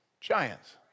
giants